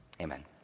Amen